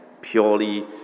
purely